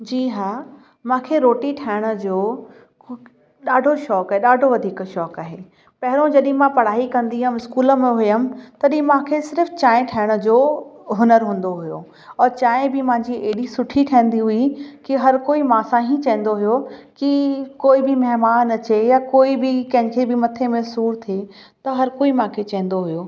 जी हा मूंखे रोटी ठाहिण जो ॾाढो शौक़ु आहे ॾाढो वधीक शौक़ु आहे पहिरों जॾहिं मां पढ़ाई कंदीअमि इस्कूल में हुयमि तॾहिं मूंखे सिर्फ़ु चांहि ठाहिण जो हो हुनरु हूंदो हुओ और चांहि बि मुंहिंजी एॾी सुठी ठहंदी हुई कि हर कोई मूं सां ई चाहींदो हुयो कि कोई बि महिमान अचे या कोई बि कंहिंखे बि मथे में सूरु थिए त हर कोई मूंखे चईंदो हुयो